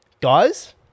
Guys